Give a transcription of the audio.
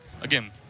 again